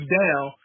down